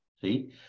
See